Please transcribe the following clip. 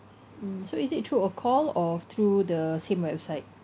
mm so is it through a call or through the same website